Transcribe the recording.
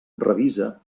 revisa